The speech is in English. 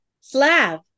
Slav